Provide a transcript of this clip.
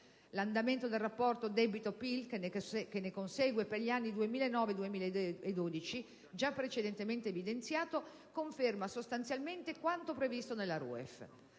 L'andamento del rapporto debito/PIL che ne consegue per gli anni 2009-2012, già precedentemente evidenziato, conferma sostanzialmente quanto previsto nella